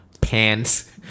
Pants